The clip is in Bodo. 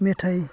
मेथाय